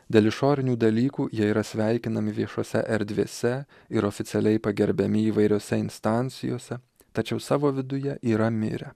dėl išorinių dalykų jie yra sveikinami viešose erdvėse ir oficialiai pagerbiami įvairiose instancijose tačiau savo viduje yra mirę